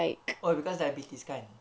oh because diabetes kan